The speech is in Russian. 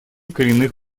коренных